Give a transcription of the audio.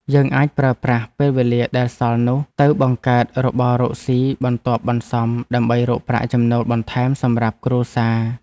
យើងអាចប្រើប្រាស់ពេលវេលាដែលសល់នោះ ទៅបង្កើតរបររកស៊ីបន្ទាប់បន្សំដើម្បីរកប្រាក់ចំណូលបន្ថែមសម្រាប់គ្រួសារ។